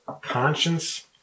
Conscience